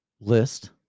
list